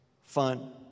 fun